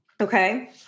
Okay